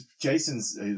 Jason's